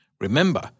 Remember